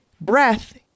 breath